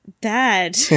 Bad